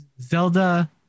Zelda